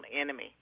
enemy